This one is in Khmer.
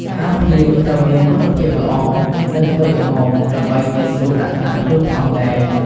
អាវភ្លៀងត្រូវមានគុណភាពល្អនិងតូចល្មមដើម្បីងាយស្រួលដាក់តាមខ្លួនផងដែរ ។